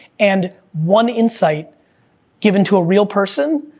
and one insight given to a real person,